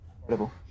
Incredible